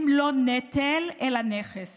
הם לא נטל, אלא נכס